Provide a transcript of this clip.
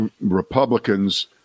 republicans